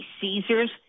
Caesars